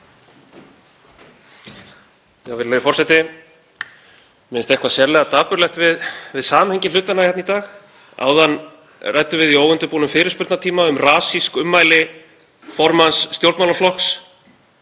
Virðulegi forseti. Mér finnst eitthvað sérlega dapurlegt við samhengi hlutanna hérna í dag. Áðan ræddum við í óundirbúnum fyrirspurnatíma um rasísk ummæli formanns stjórnmálaflokks